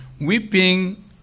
Weeping